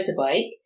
motorbike